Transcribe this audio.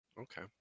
Okay